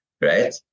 right